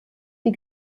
die